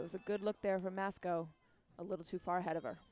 it was a good look there her mask go a little too far ahead of our